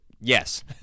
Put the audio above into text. Yes